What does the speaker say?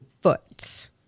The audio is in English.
foot